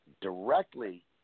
directly